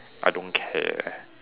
I don't care